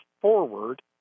forward